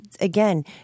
Again